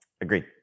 Agreed